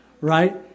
right